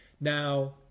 Now